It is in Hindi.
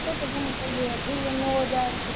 यह तो कम कर दिया थी नौ हज़ार तक